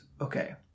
okay